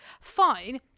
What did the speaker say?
fine